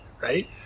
right